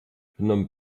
phnom